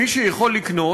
מי שיכול לקנות,